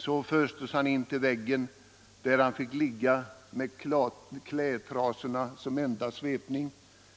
Så föstes han in till väggen, där han fick ligga med kläd Nr 142 trasorna som orda svepning